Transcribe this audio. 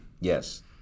Yes